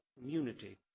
community